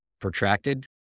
protracted